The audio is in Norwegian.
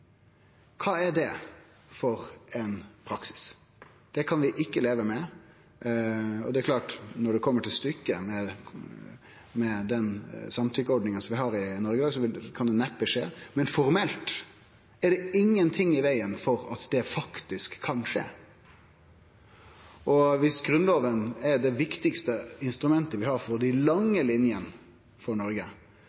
Kva er det for ein praksis? Det kan vi ikkje leve med. Når det kjem til stykket, kan det – med den samtykkeordninga som vi har i Noreg – neppe skje, men formelt er det ingenting i vegen for at det faktisk kan skje. Viss Grunnlova er det viktigaste instrumentet vi har for dei